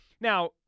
Now